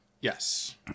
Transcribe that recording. Yes